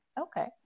okay